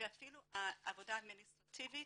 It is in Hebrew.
ואפילו העבודה האדמיניסטרטיבית,